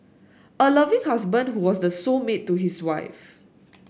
a loving husband who was the soul mate to his wife